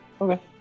Okay